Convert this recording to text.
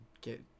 Get